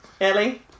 Ellie